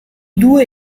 due